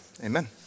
Amen